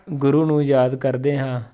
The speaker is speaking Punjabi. ਗੁਰੂ ਨੂੰ ਯਾਦ ਕਰਦੇ ਹਾਂ